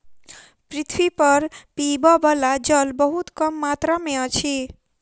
पृथ्वी पर पीबअ बला जल बहुत कम मात्रा में अछि